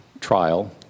Trial